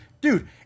dude